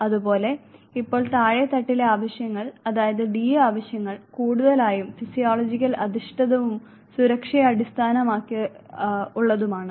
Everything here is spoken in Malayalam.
അതുപോലെ ഇപ്പോൾ താഴെ തട്ടിലെ ആവശ്യങ്ങൾ അതായത് ഡി ആവശ്യങ്ങൾ കൂടുതലായും ഫിസിയോളജിക്കൽ അധിഷ്ഠിതവും സുരക്ഷയെ അടിസ്ഥാനമാക്കിയുള്ളതുമാണ്